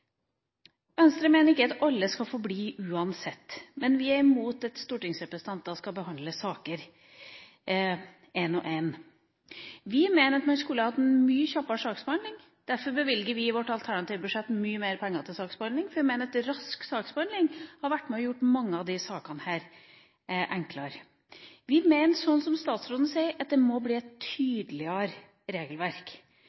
Venstre mener ikke at alle skal få bli, uansett. Men vi er imot at stortingsrepresentanter skal behandle saker – én og én. Vi mener at man skulle hatt en mye kjappere saksbehandling. Derfor bevilger vi i vårt alternative budsjett mye mer penger til saksbehandling, for vi mener at rask saksbehandling hadde vært med på å gjøre mange av disse sakene enklere. Vi mener, sånn som statsråden sier, at det må bli et